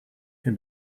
can